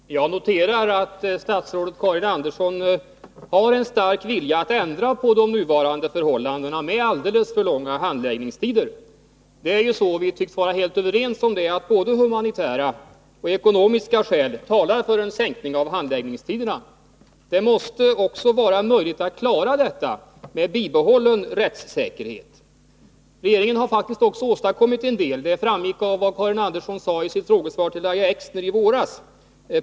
Herr talman! Jag noterar att statsrådet Karin Andersson har en stark vilja att ändra på de nuvarande förhållandena med alldeles för långa handläggningstider. Det är ju så — vi tycks vara helt överens om det — att både humanitära och ekonomiska skäl talar för en minskning av handläggningstiderna. Det måste också vara möjligt att klara detta med bibehållen rättssäkerhet. Regeringen har faktiskt också åstadkommit en del — det framgick av vad Karin Andersson sade i sitt frågesvar till Lahja Exner i våras.